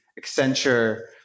Accenture